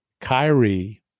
Kyrie